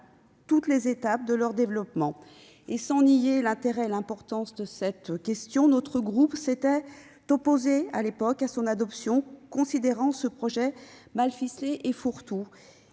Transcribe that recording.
toutes les étapes de leur développement. Sans nier l'intérêt ni l'importance de cette question, notre groupe s'était opposé à l'adoption du projet de loi Pacte, le considérant comme mal ficelé et fourre-tout.